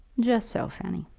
just so, fanny.